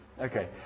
Okay